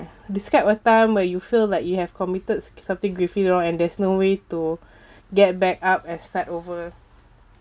describe a time where you feel like you have committed something you know and there's no way to get back up and start over